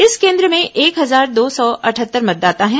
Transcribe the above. इस केन्द्र में एक हजार दो सौ अटहत्तर मतदाता है